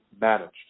managed